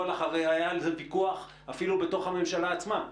לך הרי היה על זה ויכוח אפילו בתוך הממשלה עצמה.